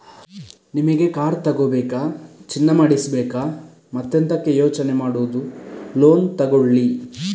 ನಿಮಿಗೆ ಕಾರ್ ತಗೋಬೇಕಾ, ಚಿನ್ನ ಮಾಡಿಸ್ಬೇಕಾ ಮತ್ತೆಂತಕೆ ಯೋಚನೆ ಮಾಡುದು ಲೋನ್ ತಗೊಳ್ಳಿ